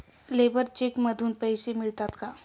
Labour cheque मधून पैसे मिळतात का?